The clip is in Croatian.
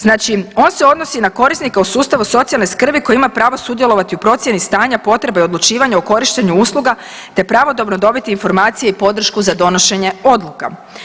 Znači, on se odnosi na korisnika u sustavu socijalne skrbi koji ima pravo sudjelovati u procjeni stanja, potreba i odlučivanja u korištenju usluga, te pravodobno dobiti informacije i podršku za donošenje odluka.